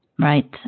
Right